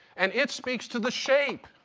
and it speaks to the shape.